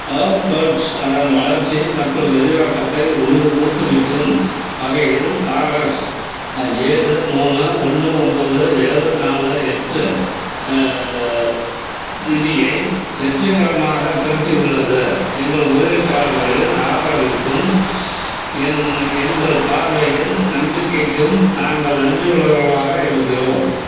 cloud Works அதன் வளர்ச்சி மற்றும் விரிவாக்கத்தை உரு ஊக்குவிக்கும் வகையில் ஆர்எஸ் ஏழு மூணு ஒன்று ஒம்பது ஏழு நாலு எட்டு நிதியை வெற்றிகரமாக திரட்டியுள்ளது எங்கள் முதலீட்டாளர்களின் ஆதரவிற்கும் என் எங்கள் பார்வையில் நம்பிக்கைக்கும் நாங்கள் நன்றி உள்ளவர்களாக இருக்கிறோம்